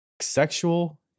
Sexual